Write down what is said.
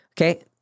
okay